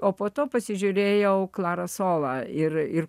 o po to pasižiūrėjau klarą solą ir ir